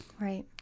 Right